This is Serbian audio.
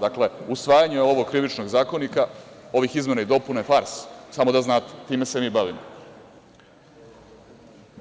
Dakle, usvajanje ovog Krivičnog zakonika, ovih izmena i dopuna je farsa, samo da znate, time se mi bavimo,